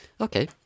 okay